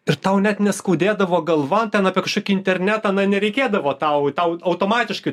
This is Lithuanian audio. ir tau net neskaudėdavo galva ten apie kažkokį internetą na nereikėdavo tau tau automatiškai